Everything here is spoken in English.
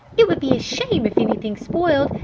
it would be a shame if anything spoiled!